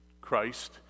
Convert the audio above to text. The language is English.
Christ